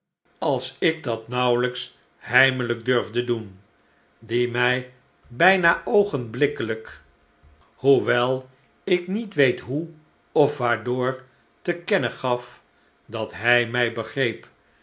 hoewel ik niet weet hoe of waardoor te kennen gaf dat hij mij begreep